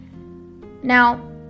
Now